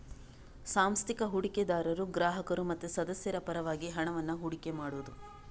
ಸಾಂಸ್ಥಿಕ ಹೂಡಿಕೆದಾರರು ಗ್ರಾಹಕರು ಮತ್ತೆ ಸದಸ್ಯರ ಪರವಾಗಿ ಹಣವನ್ನ ಹೂಡಿಕೆ ಮಾಡುದು